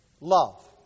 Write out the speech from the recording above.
love